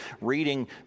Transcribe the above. reading